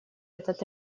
этот